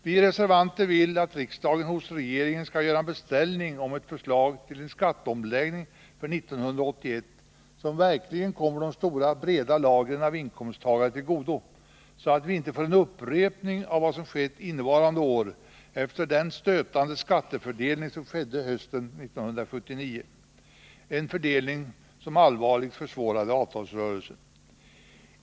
Vi reservanter vill att riksdagen hos regeringen skall göra en beställning av ett förslag till skatteomläggning för 1981 som verkligen kommer de stora breda lagren av inkomsttagare till godo, så att vi inte får en upprepning av vad som skett innevarande år efter den stötande skattefördelning som skedde hösten 1979 — en fördelning som allvarligt försvårade avtalsrörelsen.